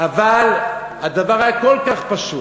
אבל הדבר היה כל כך פשוט,